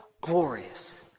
glorious